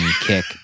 kick